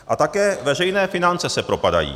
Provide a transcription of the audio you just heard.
A také veřejné finance se propadají.